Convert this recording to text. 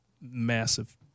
massive